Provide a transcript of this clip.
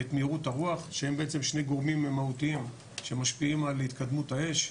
את מהירות הרוח שהם בעצם שני גורמים מהותיים שמשפיעים על התקדמות האש.